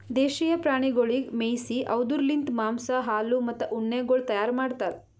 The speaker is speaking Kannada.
ದೇಶೀಯ ಪ್ರಾಣಿಗೊಳಿಗ್ ಮೇಯಿಸಿ ಅವ್ದುರ್ ಲಿಂತ್ ಮಾಂಸ, ಹಾಲು, ಮತ್ತ ಉಣ್ಣೆಗೊಳ್ ತೈಯಾರ್ ಮಾಡ್ತಾರ್